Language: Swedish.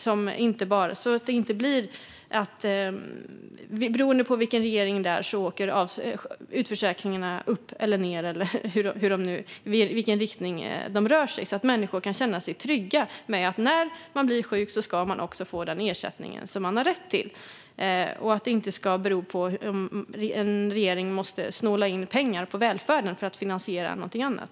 Det skulle göra att det inte blir så att utförsäkringarna åker upp eller ned, eller i vilken riktning de nu rör sig, beroende på vilken regering det är. Människor ska kunna känna sig trygga med att när de blir sjuka så ska de också få den ersättning som de har rätt till. Det ska inte bero på om en regering måste snåla in pengar på välfärden för att finansiera någonting annat.